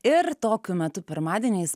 ir tokiu metu pirmadieniais